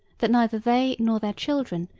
that neither they, nor their children,